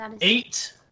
eight